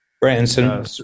Branson